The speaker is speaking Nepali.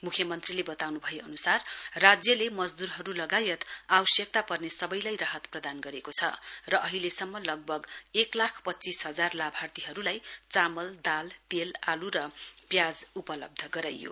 मुख्यमन्त्रीले वताउनु भए अनुसार राज्यले मजदूरहरु लगायत आवश्यकता पर्ने सवैलाई राहत प्रदान गरेको छ र अहिलेसम्म लगभग एक लाख पच्चीस हजार लाभार्थीहरुलाई चामल दाल तेल आलु र प्याज उपलब्ध गराइयो